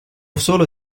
solo